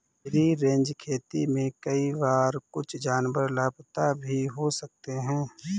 free range खेती में कई बार कुछ जानवर लापता भी हो सकते हैं